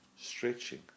stretching